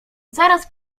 zaraz